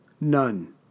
none